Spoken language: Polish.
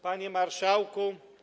Panie Marszałku!